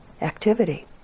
activity